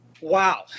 Wow